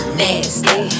nasty